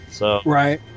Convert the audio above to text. Right